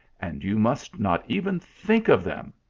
and you must not even think of them,